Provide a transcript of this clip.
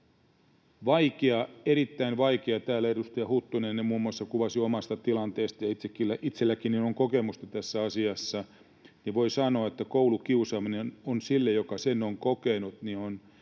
vaikea, erittäin vaikea. Täällä edustaja Huttunen muun muassa kuvasi omaa tilannettaan, ja kun itsellänikin on kokemusta tässä asiassa, niin voin sanoa, että koulukiusaaminen on sille, joka sen on kokenut, sellainen